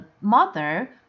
mother